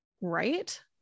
Right